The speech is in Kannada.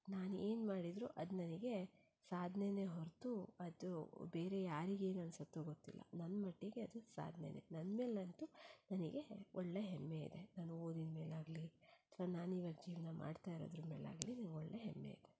ನಾನು ಏನು ಮಾಡಿದ್ರೂ ಅದು ನನಗೆ ಸಾಧನೆನೇ ಹೊರತು ಅದು ಬೇರೆ ಯಾರಿಗೆ ಏನು ಅನ್ನಿಸುತ್ತೋ ಗೊತ್ತಿಲ್ಲ ನನ್ನ ಮಟ್ಟಿಗೆ ಅದು ಸಾಧನೆನೇ ನನ್ನ ಮೇಲಂತೂ ನನಗೆ ಒಳ್ಳೆಯ ಹೆಮ್ಮೆ ಇದೆ ನನ್ನ ಓದಿನ ಮೇಲಾಗಲಿ ಸೊ ನಾನೀಗ ಜೀವನ ಮಾಡ್ತಾ ಇರೋದ್ರ ಮೇಲಾಗಲಿ ನಂಗೆ ಒಳ್ಳೆಯ ಹೆಮ್ಮೆ ಇದೆ